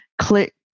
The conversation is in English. click